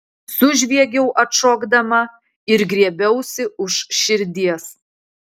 sužviegiau atšokdama ir griebiausi už širdies